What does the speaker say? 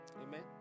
Amen